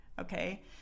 Okay